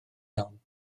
iawn